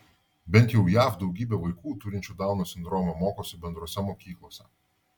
bent jau jav daugybė vaikų turinčių dauno sindromą mokosi bendrose mokyklose